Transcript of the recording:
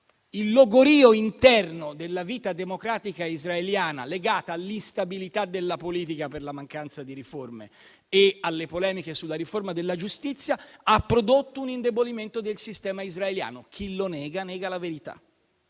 il logorio interno della vita democratica israeliana legato all'instabilità della politica per la mancanza di riforme e alle polemiche sulla riforma della giustizia ha prodotto un indebolimento del sistema israeliano, e chi lo nega nega la verità.